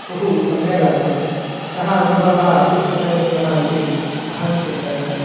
बहु सम्यगासीत् सः अनुभवः अविस्मरणीयः इति अहं चिन्तयामि